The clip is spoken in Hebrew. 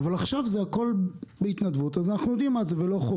עכשיו זה הכול בהתנדבות ולא חובה,